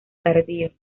tardío